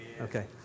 Okay